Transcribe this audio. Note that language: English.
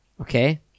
Okay